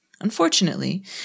Unfortunately